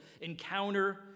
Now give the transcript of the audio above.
encounter